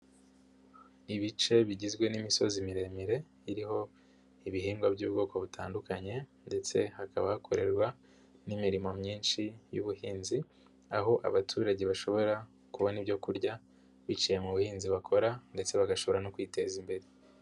Ibice bigizwe n'imisozi miremire iriho ibihingwa by'ubwoko butandukanye ndetse hakaba hakorerwa n'imirimo myinshi y'ubuhinzi aho abaturage bashobora kubona ibyo kurya biciye mu buhinzi bakora ndetse bagashobora no kwiteza imbere.